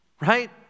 right